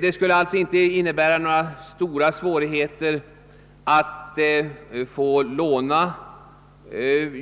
Det skulle därför inte medföra några större svårigheter att låna